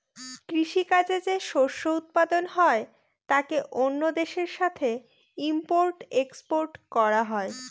কৃষি কাজে যে শস্য উৎপাদন হয় তাকে অন্য দেশের সাথে ইম্পোর্ট এক্সপোর্ট করা হয়